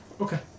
Okay